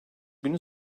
günü